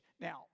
Now